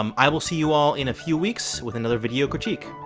um i will see you all in a few weeks with another video critique.